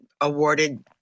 awarded